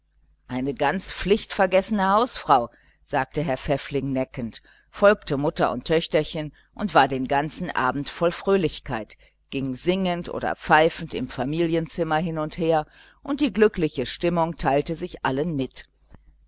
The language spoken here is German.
eine ganz pflichtvergessene hausfrau sagte herr pfäffling neckend folgte mutter und töchterchen und war den ganzen abend voll fröhlichkeit ging singend oder pfeifend im familienzimmer hin und her und die glückliche stimmung teilte sich allen mit